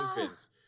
infants